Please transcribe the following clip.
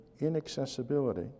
inaccessibility